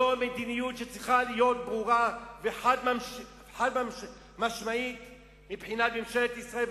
זו מדיניות שצריכה להיות ברורה וחד-משמעית מבחינת ממשלת ישראל,